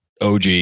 OG